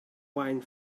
wine